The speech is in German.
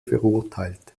verurteilt